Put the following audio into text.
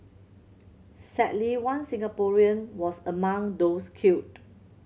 sadly one Singaporean was among those killed